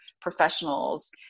professionals